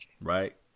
right